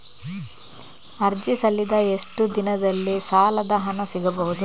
ಅರ್ಜಿ ಸಲ್ಲಿಸಿದ ಎಷ್ಟು ದಿನದಲ್ಲಿ ಸಾಲದ ಹಣ ಸಿಗಬಹುದು?